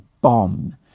bomb